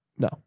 No